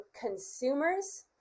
consumers